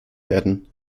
werden